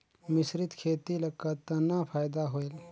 मिश्रीत खेती ल कतना फायदा होयल?